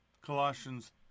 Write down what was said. Colossians